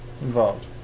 involved